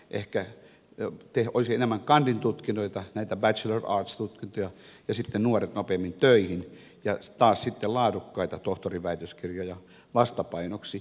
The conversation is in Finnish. ehkä voisi olla enemmän kandin tutkintoja näitä bachelor of arts tutkintoja ja sitten nuoret nopeammin töihin ja taas sitten laadukkaita tohtorinväitöskirjoja vastapainoksi